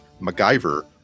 MacGyver